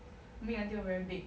make until very big